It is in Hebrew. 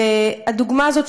הדוגמה הזאת,